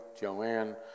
Joanne